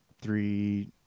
three